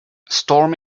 storm